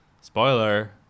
spoiler